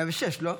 106, לא?